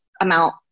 amount